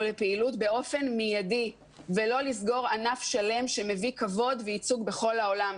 לפעילות באופן מיידי ולא לסגור ענף שלם שמביא כבוד וייצוג בכל העולם.